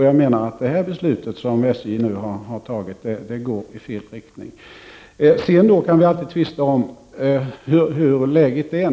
Jag menar att det beslut som SJ nu har fattat går i fel riktning. Man kan naturligtvis alltid tvista om hur läget är.